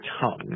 tongue